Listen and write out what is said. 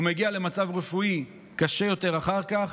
הוא מגיע למצב רפואי קשה יותר אחר כך,